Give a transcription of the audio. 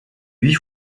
huit